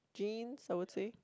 jeans I would say